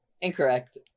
incorrect